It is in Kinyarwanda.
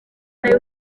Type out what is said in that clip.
nabi